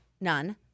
None